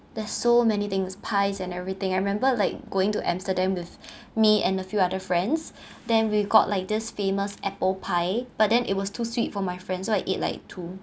there's so many things pies and everything I remember like going to amsterdam with me and a few other friends then we got like this famous apple pie but then it was too sweet for my friends so I ate like two